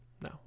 No